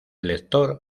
lector